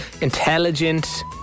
intelligent